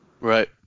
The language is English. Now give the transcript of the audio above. Right